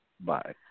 Bye